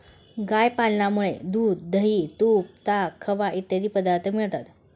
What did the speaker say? गाय पालनामुळे दूध, दही, तूप, ताक, खवा इत्यादी पदार्थ मिळतात